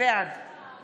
בעד